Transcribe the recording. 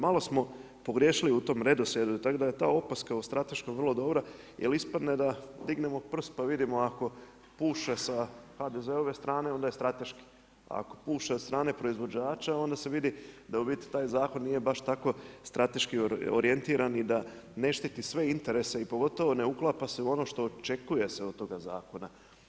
Malo smo pogriješili u tom redoslijedu tako da je ta opaska o strateškom vrlo dobra jer ispadne da dignemo prst pa vidimo ako puše sa HDZ-ove strane onda je strateški, ako puše od strana proizvođača onda se vidi da u biti taj zakon nije baš tako strateški orijentiran i da ne štiti sve interese i pogotovo ne uklapa se u ono što očekuje se od toga zakona.